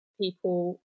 people